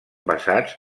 basats